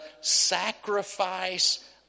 sacrifice